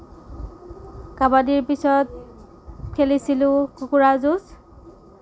কাবাডীৰ পিছত খেলিছিলোঁ কুকুৰা যুঁজ